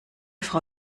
frau